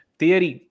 theory